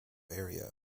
area